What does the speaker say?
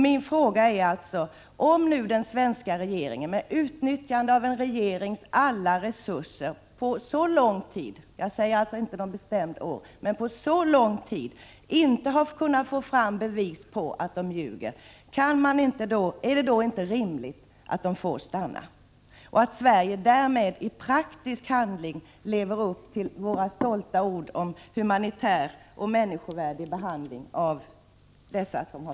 Min fråga blir alltså: Är det inte rimligt att de får stanna, om nu den svenska regeringen med utnyttjande av en regerings alla resurser på så lång tid— jag nämner alltså inte något bestämt år — inte har kunnat få fram bevis på lögn? Därmed skulle Sverige i praktisk handling leva upp till våra stolta ord om humanitär och människovärdig behandling av flyktingar.